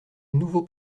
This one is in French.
nouveau